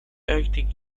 acting